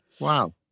wow